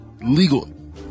legal